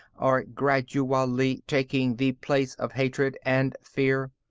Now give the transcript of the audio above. are gradually taking the place of hatred and fear.